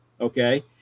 Okay